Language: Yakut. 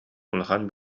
улахан